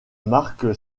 marque